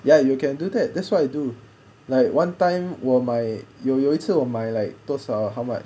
ya you can do that that's what I do like one time 我买有有一次我买 like 多少 ah how much